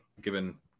given